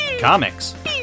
comics